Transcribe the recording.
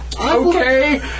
Okay